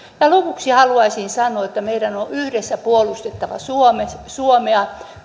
ja lopuksi haluaisin sanoa että meidän on yhdessä puolustettava suomea suomea